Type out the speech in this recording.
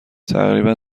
تقریبا